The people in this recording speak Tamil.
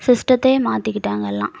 சிஸ்டத்தேயே மாற்றிக்கிட்டாங்க எல்லாம்